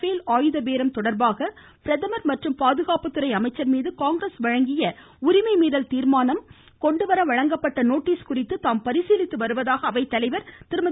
பேல் ஆயுத பேரம் தொடர்பாக பிரதமர் மற்றும் பாதுகாப்புத்துறை அமைச்சர் மீது காங்கிரஸ் வழங்கிய உரிமை மீறல் தீர்மானம் கொண்டு வர வழங்கப்பட்ட நோட்டிஸ் குறித்து தாம் பரிசீலித்து வருவதாக அவைத்தலைவா் திருமதி